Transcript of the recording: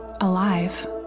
alive